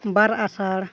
ᱵᱟᱨ ᱟᱥᱟᱲ